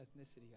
ethnicity